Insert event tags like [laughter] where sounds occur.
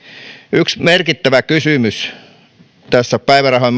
yksi merkittävä kysymys tässä on päivärahan [unintelligible]